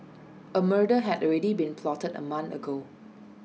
A murder had already been plotted A month ago